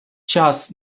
час